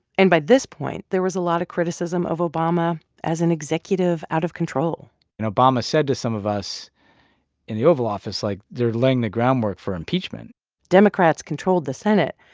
and by this point, there was a lot of criticism of obama as an executive out of control and obama said to some of us in the oval office, like, they're laying the groundwork for impeachment democrats controlled the senate.